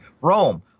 Rome